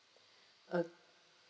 ok~